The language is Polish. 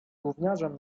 gówniarzem